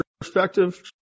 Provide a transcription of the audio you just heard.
perspective